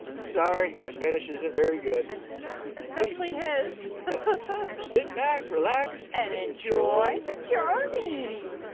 sorry our spanish isn't very good especially his sit back, relax and enjoy the journey!